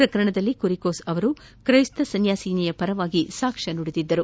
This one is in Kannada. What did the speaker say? ಪ್ರಕರಣದಲ್ಲಿ ಕುರಿಕೋಸ್ ಅವರು ಕ್ರೈಸ್ತ ಸನ್ಯಾಸಿನಿಯ ಪರವಾಗಿ ಸಾಕ್ಷ್ಯ ನುಡಿದಿದ್ದರು